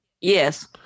Yes